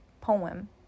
poem